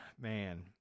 man